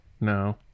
no